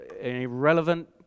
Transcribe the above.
irrelevant